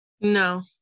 no